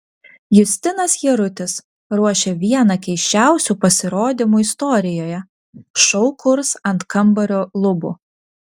justinas jarutis ruošia vieną keisčiausių pasirodymų istorijoje šou kurs ant kambario lubų